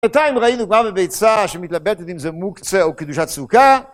בינתיים ראינו מה בביצה שמתלבטת אם זה מוקצה או קדושת סוכה